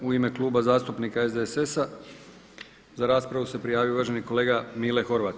U ime Kluba zastupnika SDSS-a za raspravu se prijavio uvaženi kolega Mile Horvat.